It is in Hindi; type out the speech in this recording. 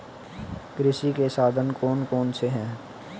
कृषि के साधन कौन कौन से हैं?